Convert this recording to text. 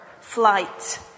flight